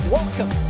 Welcome